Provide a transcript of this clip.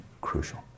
crucial